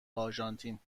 آرژانتین